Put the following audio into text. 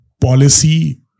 Policy